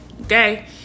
Okay